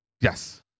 Yes